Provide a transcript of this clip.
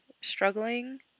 struggling